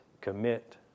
commit